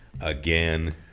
again